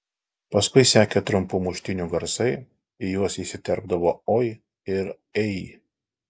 paskui sekė trumpų muštynių garsai į juos įsiterpdavo oi ir ei